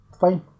fine